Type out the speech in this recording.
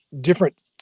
different